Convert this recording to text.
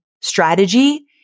strategy